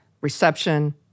reception